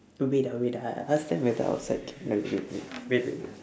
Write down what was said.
wait ah wait ah I ask them whether outside can wait wait wait wait wait wait